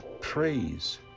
Praise